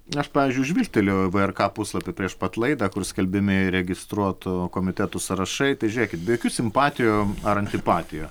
aš pavyzdžiui žvilgtelėjau į vrk puslapį prieš pat laidą kur skelbiami registruotų komitetų sąrašai tai žiūrėkit be jokių simpatijų ar antipatijų